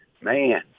man